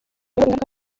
ingaruka